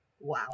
Wow